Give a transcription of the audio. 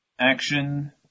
action